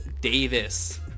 Davis